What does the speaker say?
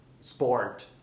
sport